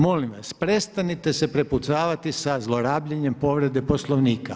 Molim vas, prestanite se prepucavati sa zlorabljenjem povrede Poslovnika.